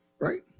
right